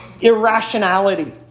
irrationality